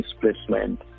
displacement